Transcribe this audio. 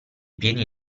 piedi